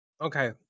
Okay